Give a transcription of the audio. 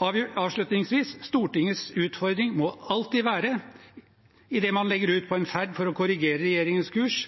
Avslutningsvis: Stortingets utfordring må alltid være, idet man legger ut på en ferd for å korrigere regjeringens kurs,